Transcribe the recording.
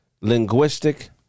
Linguistic